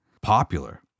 popular